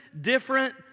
different